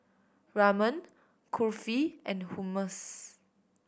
Ramen Kulfi and Hummus